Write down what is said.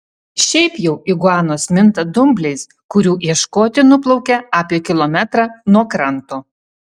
šiaip jau iguanos minta dumbliais kurių ieškoti nuplaukia apie kilometrą nuo kranto